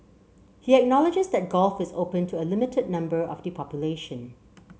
he acknowledges that golf is open to a limited number of the population